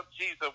Jesus